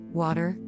water